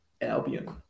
Albion